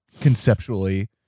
conceptually